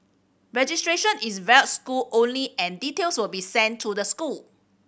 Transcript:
registration is via school only and details will be sent to the school